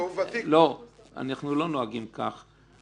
באותה מידה שחבריי